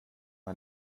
man